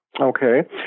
okay